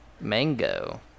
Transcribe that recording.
mango